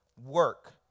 work